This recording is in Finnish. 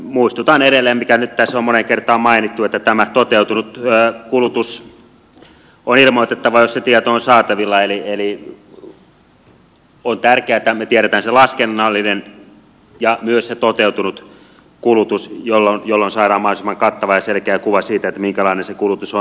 muistutan edelleen mikä nyt tässä on moneen kertaan mainittu että tämä toteutunut kulutus on ilmoitettava jos se tieto on saatavilla eli on tärkeää että me tiedämme sen laskennallisen ja myös sen toteutuneen kulutuksen jolloin saadaan mahdollisimman kattava ja selkeä kuva siitä minkälainen se kulutus on